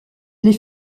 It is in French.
les